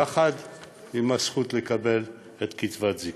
יחד עם הזכות לקבל קצבת זיקנה.